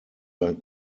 sein